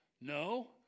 No